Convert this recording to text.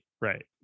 right